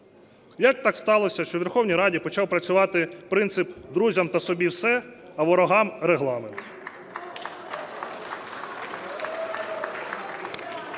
Як так сталося, що у Верховній Раді почав працювати принцип: друзям та собі – все, а ворогам – Регламент?